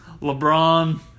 LeBron